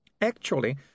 Actually